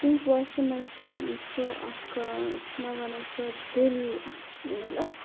تِہنٛزِ ووٚیِسہِ مَنٛز چھُ سُہ اَکھ چھِ نہَ وَنان سُہ دِل مَطلَب